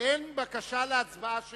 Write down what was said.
אין בקשה להצבעה שמית.